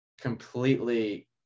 completely